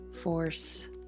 force